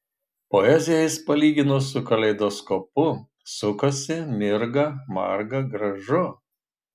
poeziją jis palygino su kaleidoskopu sukasi mirga marga gražu